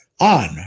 on